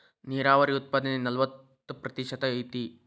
ನೇರಾವರಿ ಉತ್ಪಾದನೆ ನಲವತ್ತ ಪ್ರತಿಶತಾ ಐತಿ